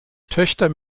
töchter